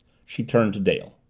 she turned to dale.